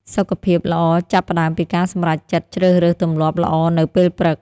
សុខភាពល្អចាប់ផ្តើមពីការសម្រេចចិត្តជ្រើសរើសទម្លាប់ល្អនៅពេលព្រឹក។